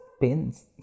pins